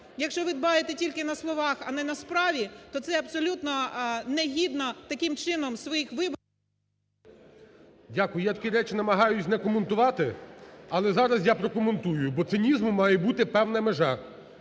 Якщо ви дбаєте тільки на словах а не на справі, то це абсолютно негідно, таким чином, своїх виборців… ГОЛОВУЮЧИЙ. Дякую. Я такі речі намагаюся не коментувати, але зараз я прокоментую, бо цинізму має бути певна межа.